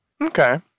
okay